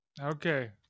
Okay